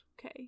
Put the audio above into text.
okay